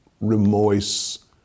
remorse